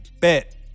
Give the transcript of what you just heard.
bet